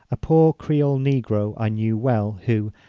a poor creole negro i knew well, who,